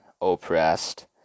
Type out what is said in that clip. oppressed